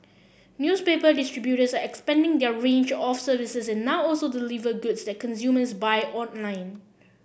newspaper distributors are expanding their range of services and now also deliver goods that consumers buy online